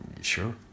sure